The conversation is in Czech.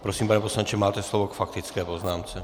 Prosím, pane poslanče, máte slovo k faktické poznámce.